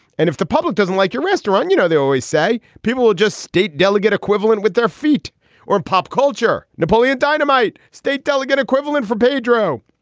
and if the public doesn't like your restaurant, you know, they always say people will just state delegate equivalent with their feet or pop culture. napoleon dynamite. state delegate equivalent for pedro.